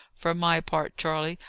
for my part, charley,